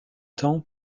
temps